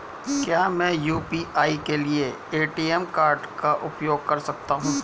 क्या मैं यू.पी.आई के लिए ए.टी.एम कार्ड का उपयोग कर सकता हूँ?